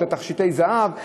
את תכשיטי זהב,